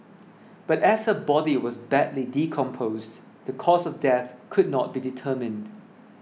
but as her body was badly decomposed the cause of death could not be determined